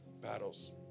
battles